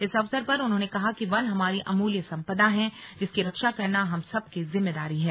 इस अवसर पर उन्होंने कहा कि वन हमारी अमूल्य सम्पदा हैं जिसकी रक्षा करना हम सबकी जिम्मेदारी है